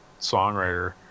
songwriter